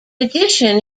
addition